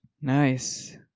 Nice